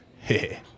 Hey